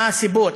מה הסיבות,